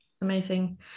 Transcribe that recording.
Amazing